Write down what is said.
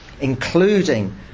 including